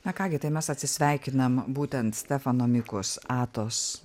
na ką gi tai mes atsisveikinam būtent stefano mikus atos